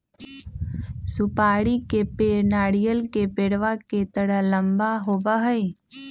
सुपारी के पेड़ नारियल के पेड़वा के तरह लंबा होबा हई